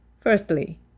Firstly